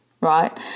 right